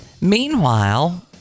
Meanwhile